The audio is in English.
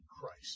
Christ